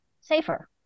safer